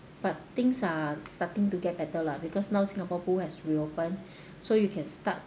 but things are starting to get better lah because now singapore pools has reopened so you can start